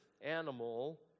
animal